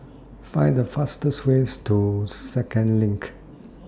Find The fastest Way to Second LINK